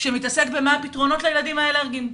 אלא מתעסק בשאלה מה הפתרונות לילדים האלרגיים.